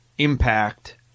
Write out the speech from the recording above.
Impact